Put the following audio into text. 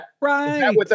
right